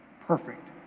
perfect